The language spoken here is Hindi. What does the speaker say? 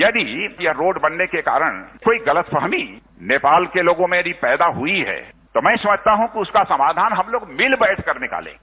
यदि यह रोड बनने के कारण कोई गलतफहमी नेपाल के लोगों में यदि पैदा हुई है तो मैं समझता हूं कि इसका समाधान हम लोग मिल बैठ कर निकालंगे